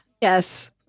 Yes